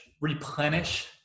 replenish